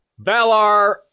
valar